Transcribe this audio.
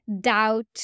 doubt